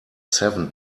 seven